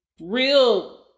real